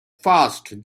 first